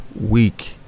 week